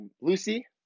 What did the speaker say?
Lucy